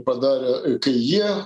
padarė kai jie